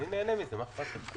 אני נהנה מזה, מה אכפת לך.